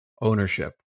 ownership